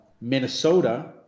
Minnesota